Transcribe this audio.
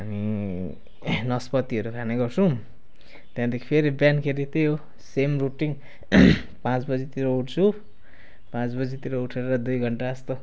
अनि नस्पतीहरू खाने गर्छौँ त्यहाँदेखि फेरि बिहानखेरि त्यही हो सेम रुटिन पाँच बजेतिर उठ्छु पाँच बजेतिर उठेर दुई घन्टाजस्तो